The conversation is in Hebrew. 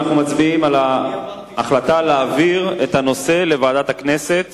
אנחנו מצביעים על ההחלטה להעביר את הנושא לוועדת הכנסת